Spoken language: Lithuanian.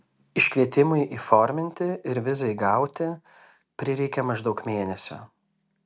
iškvietimui įforminti ir vizai gauti prireikė maždaug mėnesio